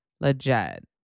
Legit